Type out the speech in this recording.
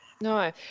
No